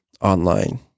online